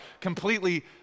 completely